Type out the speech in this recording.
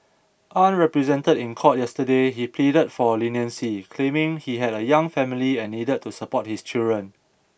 unrepresented in court yesterday he pleaded for leniency claiming he had a young family and needed to support his children